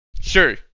sure